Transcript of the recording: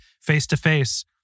face-to-face